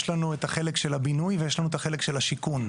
יש לנו את החלק של הבינוי ואת החלק של השיכון.